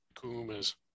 Kuma's